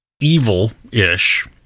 evil-ish